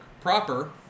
Proper